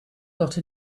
got